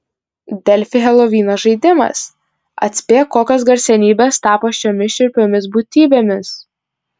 delfi helovino žaidimas atspėk kokios garsenybės tapo šiomis šiurpiomis būtybėmis